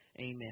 Amen